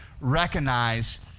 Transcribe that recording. recognize